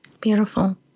Beautiful